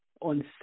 on